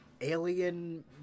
alien